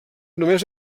només